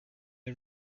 the